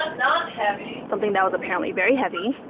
not not heavy. something that was apparently very heavy